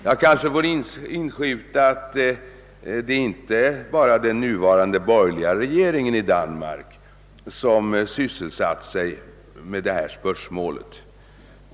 Här vill jag inskjuta att det inte bara är den nuvarande borgerliga regering en i Danmark som sysslat med detta spörsmål.